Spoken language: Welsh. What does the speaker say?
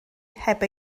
heb